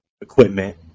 equipment